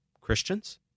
Christians